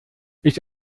ist